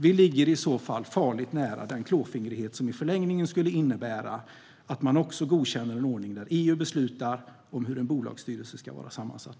Vi ligger i så fall farligt nära den klåfingrighet som i förlängningen skulle innebära att man också godkänner en ordning där EU beslutar hur en bolagsstyrelse ska vara sammansatt.